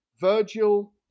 Virgil